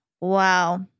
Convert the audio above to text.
Wow